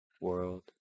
world